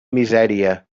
misèria